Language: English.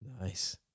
Nice